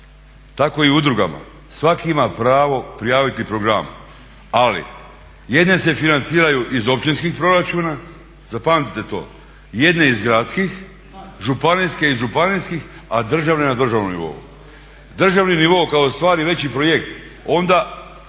Tako i u udrugama, svatko ima pravo prijaviti program. Ali, jedne se financiraju iz općinskih proračuna, zapamtite to, jedne iz gradskih, županijske iz županijskih, a državne na državnom nivou. Državni nivo koji ostvari veći projekt onda